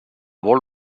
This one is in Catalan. vol